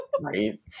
right